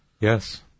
Yes